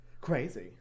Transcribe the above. crazy